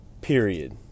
Period